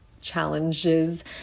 challenges